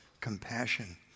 compassion